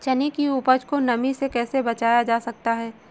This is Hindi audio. चने की उपज को नमी से कैसे बचाया जा सकता है?